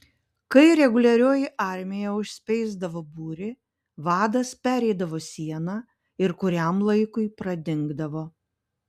kai reguliarioji armija užspeisdavo būrį vadas pereidavo sieną ir kuriam laikui pradingdavo